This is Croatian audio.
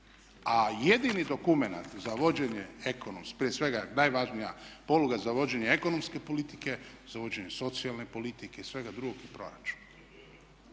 najvažnija poluga za vođenje ekonomske politike, za vođenje socijalne politike i svega drugog je proračun.